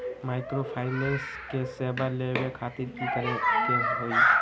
Microfinance के सेवा लेबे खातीर की करे के होई?